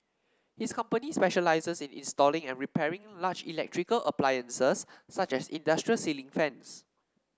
his company specialises in installing and repairing large electrical appliances such as industrial ceiling fans